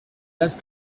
las